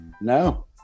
No